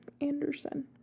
Anderson